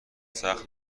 سخت